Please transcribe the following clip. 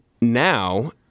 now